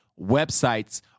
Websites